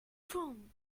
from